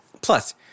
Plus